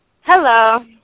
Hello